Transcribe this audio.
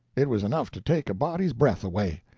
it was enough to take a body's breath away.